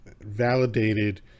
validated